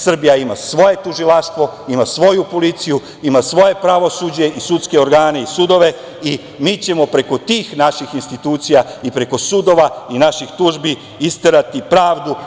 Srbija ima svoje tužilaštvo, ima svoju policiju, ima svoje pravosuđe i sudske organe i sudove i mi ćemo preko tih naših institucija i preko sudova i naših tužbi isterati pravdu.